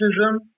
racism